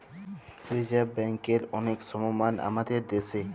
reserve ব্যাংকেরলে অলেক সমমাল আমাদের দ্যাশে